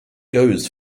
goes